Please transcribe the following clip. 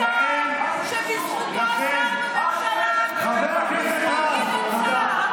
סער, שבזכותו הוא שר בממשלה, חבר הכנסת רז, תודה.